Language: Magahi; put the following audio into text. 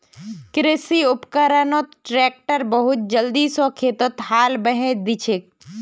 कृषि उपकरणत ट्रैक्टर बहुत जल्दी स खेतत हाल बहें दिछेक